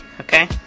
okay